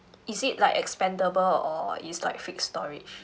is it like expandable or it's like fixed storage